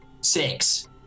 Six